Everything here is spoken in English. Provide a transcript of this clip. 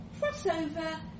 crossover